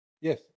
Yes